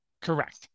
Correct